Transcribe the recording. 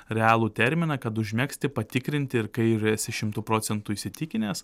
realų terminą kad užmegzti patikrinti ir kai r esi šimtu procentų įsitikinęs